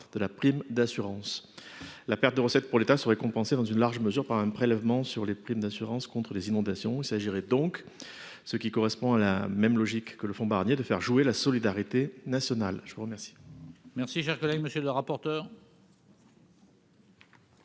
de la prime d'assurance. La perte de recettes pour l'État serait compensée dans une large mesure par un prélèvement sur les primes d'assurance contre les inondations. Il s'agirait donc, dans la même logique que le fonds Barnier, de faire jouer la solidarité nationale. Quel